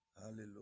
hallelujah